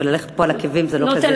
וללכת פה על עקבים זה לא כזה נוח.